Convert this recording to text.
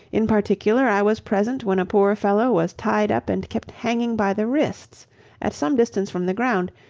in particular i was present when a poor fellow was tied up and kept hanging by the wrists at some distance from the ground,